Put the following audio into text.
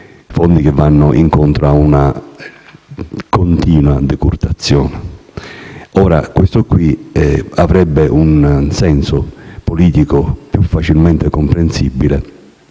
approvato, vanno incontro a una continua decurtazione. La cosa avrebbe un senso politico più facilmente comprensibile